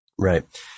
Right